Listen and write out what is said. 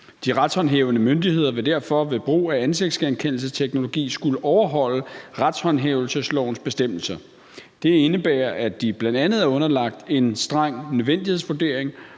De retshåndhævende myndigheder vil derfor ved brug af ansigtsgenkendelsesteknologi skulle overholde retshåndhævelseslovens bestemmelser. Det indebærer, at de bl.a. er underlagt en streng nødvendighedsvurdering,